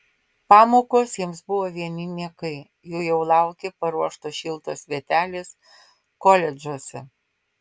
pamokos jiems buvo vieni niekai jų jau laukė paruoštos šiltos vietelės koledžuose